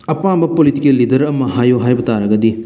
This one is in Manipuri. ꯑꯄꯥꯝꯕ ꯄꯣꯂꯤꯇꯤꯀꯦꯜ ꯂꯤꯗꯔ ꯑꯃ ꯍꯥꯏꯌꯨ ꯍꯥꯏꯕ ꯇꯥꯔꯒꯗꯤ